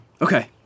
Okay